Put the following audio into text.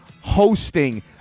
hosting